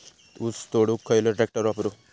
ऊस तोडुक खयलो ट्रॅक्टर वापरू?